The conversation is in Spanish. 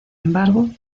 embargo